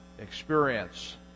experience